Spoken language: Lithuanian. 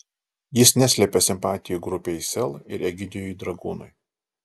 jis neslepia simpatijų grupei sel ir egidijui dragūnui